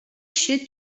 should